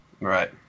right